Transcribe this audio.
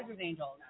angels